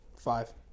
Five